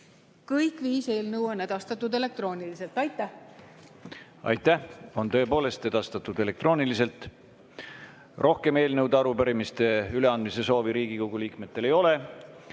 Kõik viis eelnõu on edastatud elektrooniliselt. Aitäh! Aitäh! On tõepoolest edastatud elektrooniliselt. Rohkem eelnõude ja arupärimiste üleandmise soovi Riigikogu liikmetel ei ole.